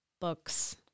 books